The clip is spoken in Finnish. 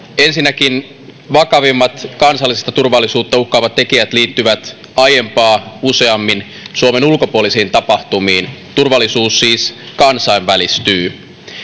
ensinnäkin vakavimmat kansallista turvallisuutta uhkaavat tekijät liittyvät aiempaa useammin suomen ulkopuolisiin tapahtumiin turvallisuus siis kansainvälistyy